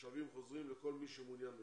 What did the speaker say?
ותושבים חוזרים וכל מי שמעוניין בכך.